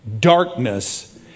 darkness